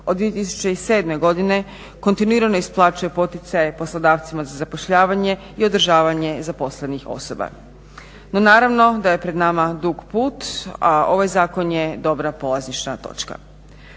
od 2007.godine kontinuirano isplaćuje poticaje poslodavcima za zapošljavanje i održavanje zaposlenih osoba. No naravno da je pred nama dug put, a ovaj zakon je dobra polazišna točka.